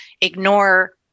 ignore